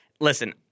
Listen